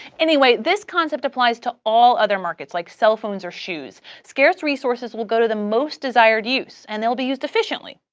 anyway, this concept applies to all other markets, like cell phones or shoes. scarce resources will go to the most desired use, and they'll be used efficiently,